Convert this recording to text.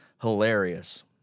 Hilarious